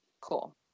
Cool